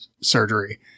surgery